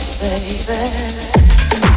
Baby